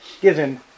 given